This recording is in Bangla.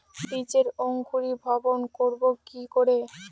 বীজের অঙ্কোরি ভবন করব কিকরে?